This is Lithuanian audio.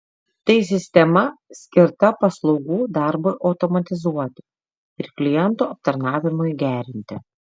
tai sistema skirta paslaugų darbui automatizuoti ir klientų aptarnavimui gerinti